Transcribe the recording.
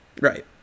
Right